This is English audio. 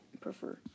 prefer